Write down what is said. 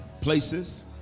places